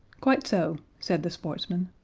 quite so, said the sportsman,